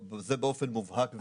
זה באופן מובהק.